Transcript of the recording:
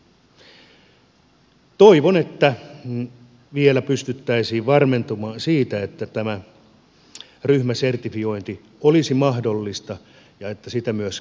toivon että vielä pystyttäisiin varmentumaan siitä että tämä ryhmäsertifiointi olisi mahdollista ja että sitä myös käytettäisiin